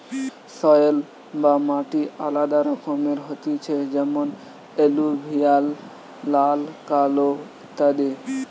soil বা মাটি আলাদা রকমের হতিছে যেমন এলুভিয়াল, লাল, কালো ইত্যাদি